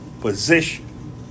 position